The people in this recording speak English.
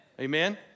Amen